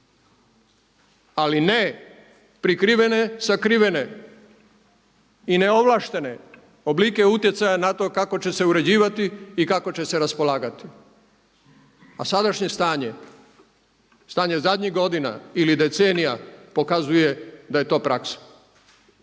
ali ne prikrivene, sakrivene i neovlaštene oblike utjecaja kako će se uređivati i kako će se raspolagati. A sadašnje stanje, stanje zadnjih godina ili decenija pokazuje da je to praksa.